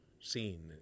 scene